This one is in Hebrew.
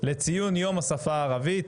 לציון יום השפה הערבית.